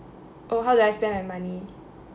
oh how do I spend my money